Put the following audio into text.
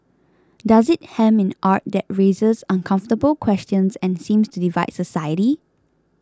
does it hem in art that raises uncomfortable questions and seems to divide society